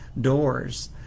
doors